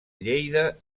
lleida